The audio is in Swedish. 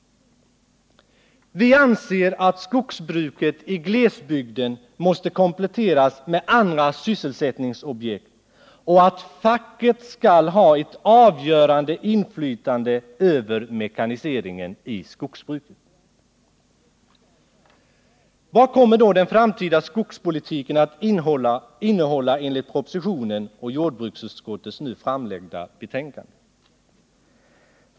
Vi anser att skogsbruket i glesbygden måste kompletteras med andra sysselsättningsobjekt och att facket skall ha ett avgörande inflytande Vad kommer då den framtida skogspolitiken att innehålla enligt propositionen och jordbruksutskottets nu framlagda betänkande?